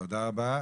תודה רבה.